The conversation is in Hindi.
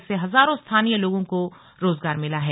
इससे हजारों स्थानीय लोगों को रोजगार मिला है